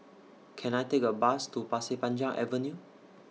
Can I Take A Bus to Pasir Panjang Avenue